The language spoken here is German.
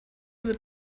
wird